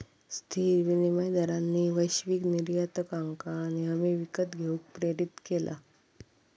स्थिर विनिमय दरांनी वैश्विक निर्यातकांका नेहमी विकत घेऊक प्रेरीत केला